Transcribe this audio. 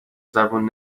زبون